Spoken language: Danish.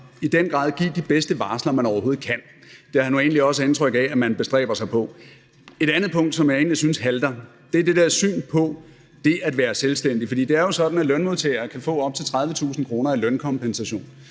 i den grad give de bedste varsler, man overhovedet kan, og det har jeg nu egentlig også indtryk af at man bestræber sig på. Et andet punkt, hvor jeg egentlig synes det halter, er det der syn på det at være selvstændig. For det er jo sådan, at lønmodtagere kan få op til 30.000 kr. i lønkompensation